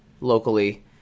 locally